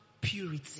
purity